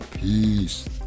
Peace